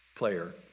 Player